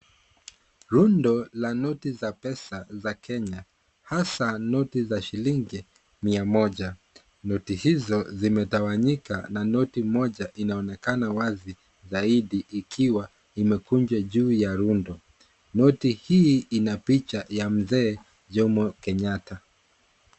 Rundo la noti za pesa za Kenya hasa noti za shilingi mia moja. Noti hizo, zimetawanyika na noti moja inaonekana wazi zaidi ikiwa imekunjwa juu ya rundo. Noti hii ina picha ya mzee Jomo Kenyatta.